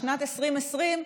לשנת 2020,